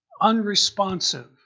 unresponsive